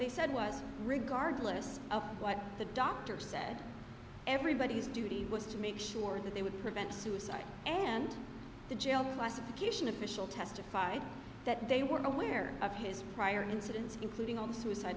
they said was regardless of what the doctor said everybody's duty was to make sure that they would prevent suicide and the jail classification official testified that they weren't aware of his prior incidents including on suicide